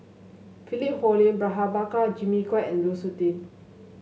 Philip Hoalim Prabhakara Jimmy Quek and Lu Suitin